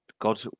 God